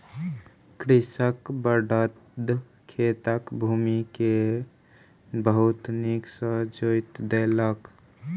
कृषकक बड़द खेतक भूमि के बहुत नीक सॅ जोईत देलक